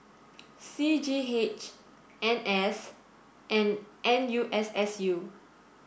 C G H N S and N U S S U